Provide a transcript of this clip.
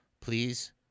Please